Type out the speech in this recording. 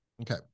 okay